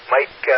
Mike